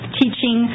teaching